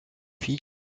fille